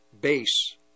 base